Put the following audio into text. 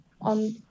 on